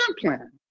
plan